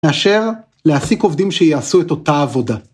מאשר להעסיק עובדים שיעשו את אותה עבודה.